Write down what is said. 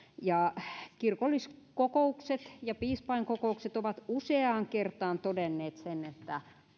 kirkolliskokoukset ja piispainkokoukset ovat useaan kertaan todenneet sen että